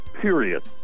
period